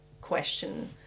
question